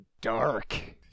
dark